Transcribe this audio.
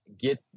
get